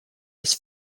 his